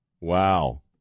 Wow